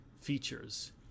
features